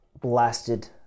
blasted